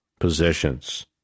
Positions